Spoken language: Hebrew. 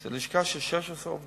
היא לשכה של 16 עובדים,